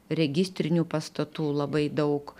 registrinių pastatų labai daug